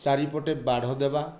ଚାରିପଟେ ବାଢ଼ ଦେବା